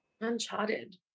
Uncharted